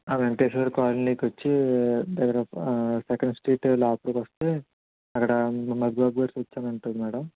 ఆ వెంకటేశ్వర కాలనీ కొచ్చి second street లోపలికొస్తే అక్కడ మధుబాబు గారి ఉంటుంది మేడం